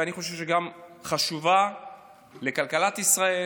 ואני חושב שגם חשובה לכלכלת ישראל